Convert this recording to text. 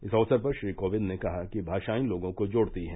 इस अवसर पर श्री कोविंद ने कहा कि भाषाये लोगों को जोडती हैं